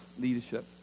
leadership